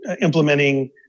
implementing